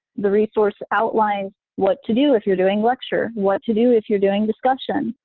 the resource outlines what to do if you're doing lecture, what to do if you're doing discussion,